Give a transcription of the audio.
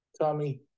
Tommy